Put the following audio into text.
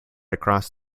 across